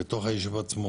בתוך הישוב עצמו,